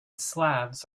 slavs